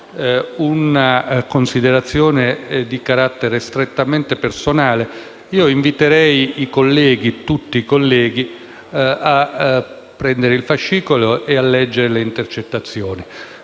una considerazione di carattere strettamente personale; inviterei tutti i colleghi a prendere il fascicolo e leggere le intercettazioni.